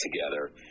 together